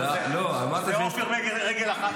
נראה לי עוף עם רגל אחת.